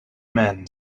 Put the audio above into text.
men